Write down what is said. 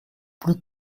plus